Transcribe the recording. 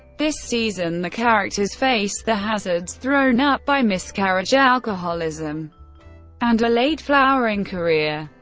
this season the characters face the hazards thrown up by miscarriage, alcoholism and a late-flowering career.